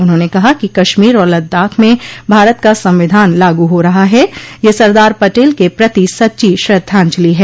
उन्होंने कहा कि कश्मीर और लद्दाख में भारत का संविधान लागू हो रहा है यह सरदार पटेल के प्रति सच्ची श्रद्धाजंलि है